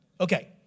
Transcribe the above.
Okay